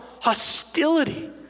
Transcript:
hostility